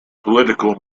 political